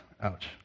Ouch